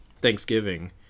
Thanksgiving